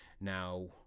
now